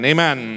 Amen